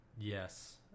Yes